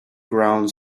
ground